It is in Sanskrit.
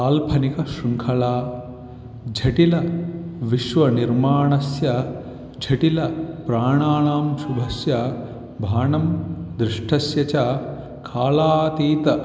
काल्पनिकशृङ्खला झटिलविश्वनिर्माणस्य झटिलप्राणानां शुभस्य भाणं दृष्टस्य च कालातीतानां